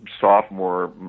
sophomore